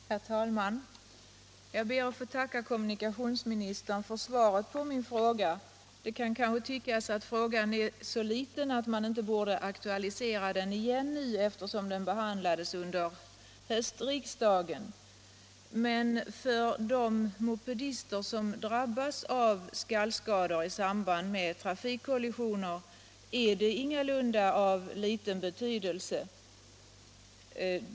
Herr talman! Jag ber att få tacka kommunikationsministern för svaret på min fråga. Det kan måhända tyckas att frågan är så liten att man inte borde aktualisera den, eftersom den behandlades under höstriksdagen. Men för de mopedister som drabbas av skallskador i samband med trafikolyckor är frågan ingalunda av liten betydelse.